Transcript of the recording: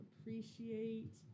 appreciate